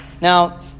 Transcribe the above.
Now